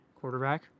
Quarterback